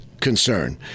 concern